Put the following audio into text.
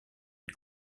une